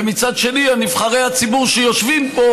ומצד שני נבחרי הציבור שיושבים פה,